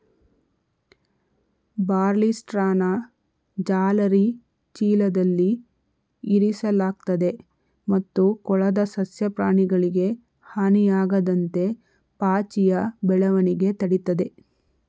ಬಾರ್ಲಿಸ್ಟ್ರಾನ ಜಾಲರಿ ಚೀಲದಲ್ಲಿ ಇರಿಸಲಾಗ್ತದೆ ಮತ್ತು ಕೊಳದ ಸಸ್ಯ ಪ್ರಾಣಿಗಳಿಗೆ ಹಾನಿಯಾಗದಂತೆ ಪಾಚಿಯ ಬೆಳವಣಿಗೆ ತಡಿತದೆ